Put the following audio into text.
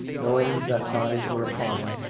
knowing that eyes were upon him,